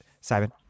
Simon